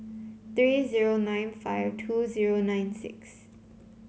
three zero nine five two zero nine six